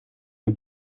mir